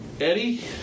Eddie